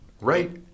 Right